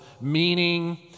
meaning